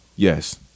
Yes